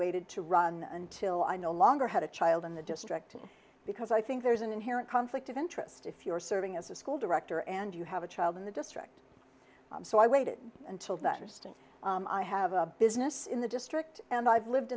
waited to run until i no longer had a child in the district because i think there's an inherent conflict of interest if you are serving as a school director and you have a child in the district so i waited until better still i have a business in the district and i've lived